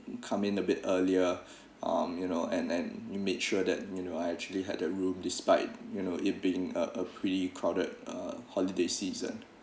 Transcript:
come in a bit earlier um you know and and you made sure that you know I actually had a room despite you know it been a a pretty crowded a holiday season